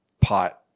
pot